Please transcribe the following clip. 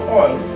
oil